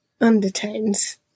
undertones